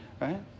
Right